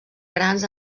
grans